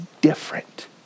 different